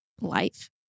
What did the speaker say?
life